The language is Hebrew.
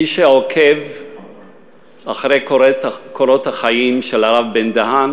מי שעוקב אחרי קורות החיים של הרב בן-דהן